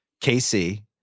KC